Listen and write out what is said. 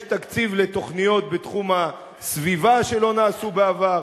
יש תקציב לתוכניות בתחום הסביבה שלא נעשו בעבר,